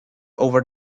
over